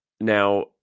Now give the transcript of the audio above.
Now